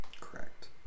Correct